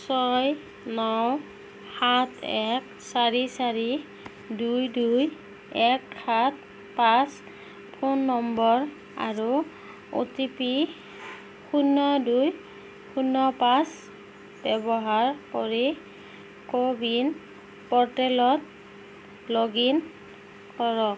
ছয় ন সাত এক চাৰি চাৰি দুই দুই এক সাত পাঁচ ফোন নম্বৰ আৰু অ' টি পি শূন্য দুই শূন্য পাঁচ ব্যৱহাৰ কৰি কো ৱিন প'ৰ্টেলত লগ ইন কৰক